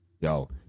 yo